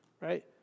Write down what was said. right